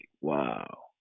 wow